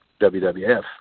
WWF